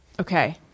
Okay